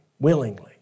willingly